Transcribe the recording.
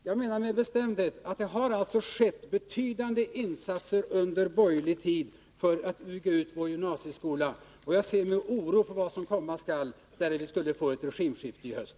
Jag menar med bestämdhet att betydande insatser har gjorts under borgerlig tid för att bygga ut vår gymnasieskola, och jag ser med oro mot vad som komma skall, därest vi skulle få ett regimskifte i höst.